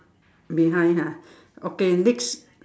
behind ha okay next